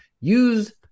use